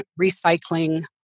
recycling